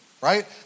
right